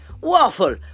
Waffle